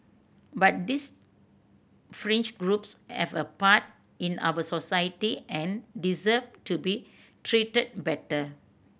but these fringe groups have a part in our society and deserve to be treated better